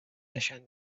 نشان